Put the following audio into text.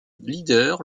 leader